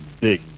big